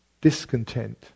discontent